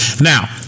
now